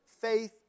Faith